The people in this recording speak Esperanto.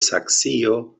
saksio